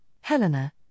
Helena